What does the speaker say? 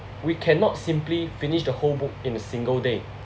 we cannot simply finish the whole book in a single day